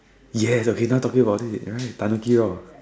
yes okay now talking about it right tanuki raw